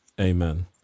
Amen